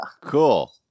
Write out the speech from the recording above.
Cool